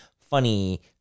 funny